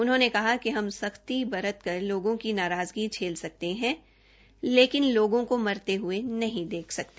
उन्होंने कहा कि हम सख्ती बरतकर लोगों की नाराजगी झेल सकते हैं लेकिन लोगों को मरते हए नहीं देख सकते